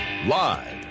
Live